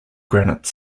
granite